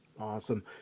Awesome